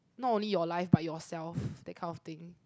not only your life but yourself that kind of thing